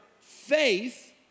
faith